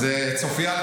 אז צופיה,